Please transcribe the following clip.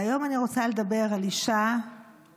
והיום אני רוצה לדבר על אישה יחידה,